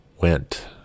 went